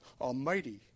Almighty